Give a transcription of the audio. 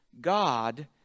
God